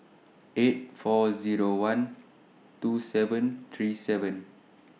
eight four Zero one two seven three seven